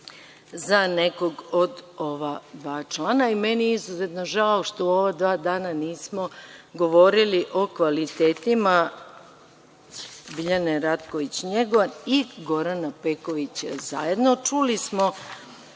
za nekog od ova dva člana. Meni je izuzetno žao što u ova dva dana nismo govorili o kvalitetima Biljane Ratković Njegovan i Gorana Pekovića